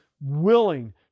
willing